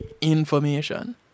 information